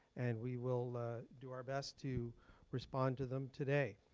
and we will do our best to respond to them today.